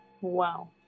Wow